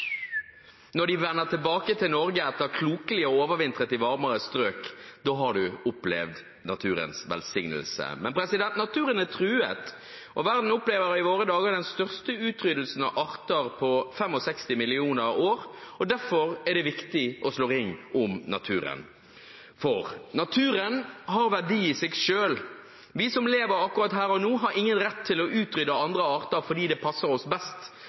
når de vender tilbake til Norge etter klokelig å ha overvintret i varmere strøk, da har du opplevd naturens velsignelse. Men naturen er truet. Verden opplever i våre dager den største utryddelsen av arter på 65 millioner år, og derfor er det viktig å slå ring om naturen. For naturen har verdi i seg selv. Vi som lever akkurat her og nå, har ingen rett til å utrydde andre arter fordi det passer oss best